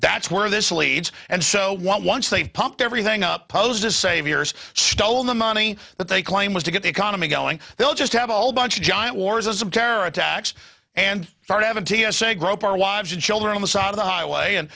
that's where this leads and so once they've pumped everything up posed as saviors stole the money that they claim was to get the economy going they'll just have a whole bunch of giant wars of terror attacks and start having t s a grope our wives and children on the side of the highway and